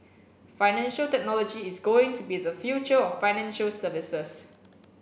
financial technology is going to be the future of financial services